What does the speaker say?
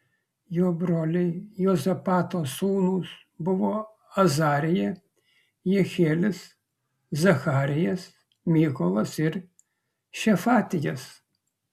jo broliai juozapato sūnūs buvo azarija jehielis zacharijas mykolas ir šefatijas